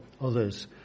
others